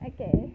Okay